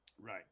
Right